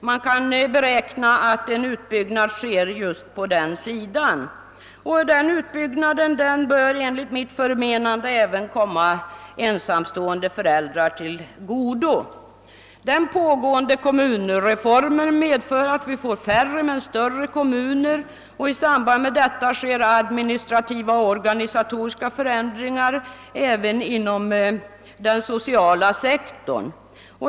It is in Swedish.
Man kan påräkna att en utbyggnad sker just på den sidan. Den utbyggnaden bör enligt mitt förmenande även komma ensamstående föräldrar till godo. Den pågående kommunreformen medför att vi får färre men större kommuner, och i samband med detta sker administrativa och organisatoriska förändringar inom den sociala sektorn.